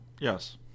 Yes